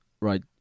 Right